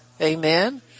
Amen